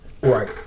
Right